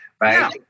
right